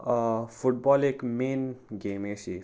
football एक main game अशी